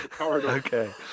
Okay